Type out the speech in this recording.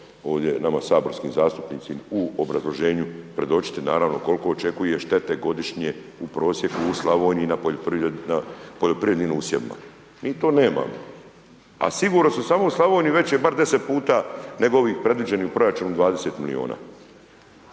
ovdje nama saborskim zastupnicima u obrazloženju predočiti naravno koliko očekuje štete godišnje u prosjeku u Slavoniji na poljoprivrednim usjevima. Mi to nemamo a siguran sam, samo u Slavoniji već je bar 10 puta nego ovaj predviđen proračun od 20 milijuna,